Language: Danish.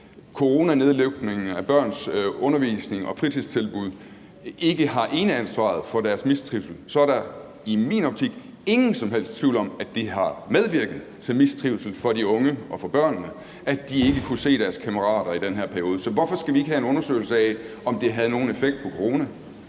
at coronanedlukningen af børns undervisning og fritidstilbud ikke har eneansvaret for deres mistrivsel, så er der i min optik ingen som helst tvivl om, at det har medvirket til mistrivslen hos de unge og hos børnene, i forhold til at de ikke kunne se deres kammerater i den her periode. Så hvorfor skal vi ikke have en undersøgelse af, om det havde nogen effekt på corona?